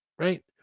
Right